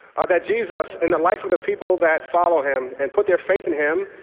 ah that jesus in the life of the people that followed him and put their faith in him,